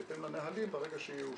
בהתאם לנהלים ברגע שיאושר.